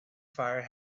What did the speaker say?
fire